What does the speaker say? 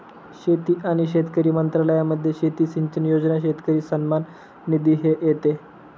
शेती आणि शेतकरी मंत्रालयामध्ये शेती सिंचन योजना, शेतकरी सन्मान निधी हे येते